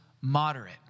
moderate